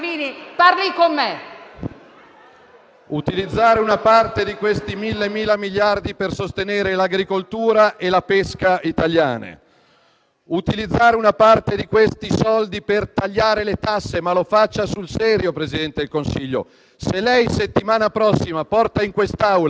utilizzare una parte di questi soldi per tagliare le tasse, ma lo faccia sul serio, signor Presidente del Consiglio. Se lei la settimana prossima porta in quest'Aula la proposta di taglio dell'IVA, i voti della Lega ci sono tutti, dal primo all'ultimo, ma porti una proposta di taglio delle tasse in quest'Aula,